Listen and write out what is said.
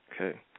Okay